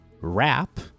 wrap